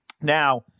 Now